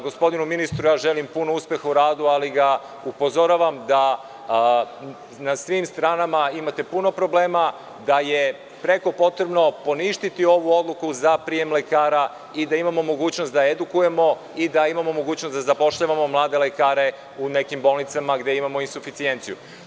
Gospodinu ministru želim puno uspeha u radu, ali ga upozoravam da na svim stranama imate puno problema, da je preko potrebno poništiti ovu odluku za prijem lekara i da imamo mogućnost da edukujemo i da imamo mogućnost da zapošljavamo mlade lekare u nekim bolnicama gde imamo suficijenciju.